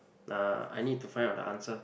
uh I need to find out the answer